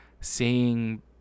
seeing